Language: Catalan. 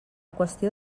qüestió